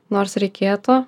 nors reikėtų